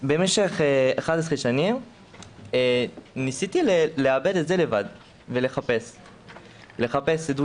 במשך 11 שנים ניסיתי לעבד את זה לבד ולחפש עדויות,